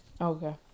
okay